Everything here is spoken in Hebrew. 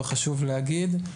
אבל חשוב להגיד,